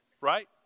Right